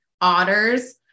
otters